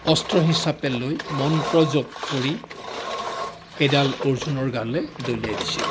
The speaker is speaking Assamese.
অস্ত্ৰ হিচাপে লৈ মন্ত্ৰ জপ কৰি সেইডাল অৰ্জুনৰ গালে দলিয়াই দিছিল